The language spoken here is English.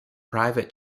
private